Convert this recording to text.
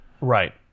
Right